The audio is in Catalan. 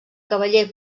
cavaller